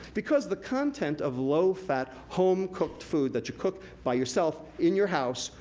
because the content of low fat home cooked food, that you cook by yourself, in your house,